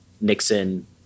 Nixon